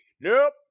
Nope